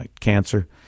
cancer